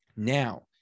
Now